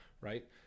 right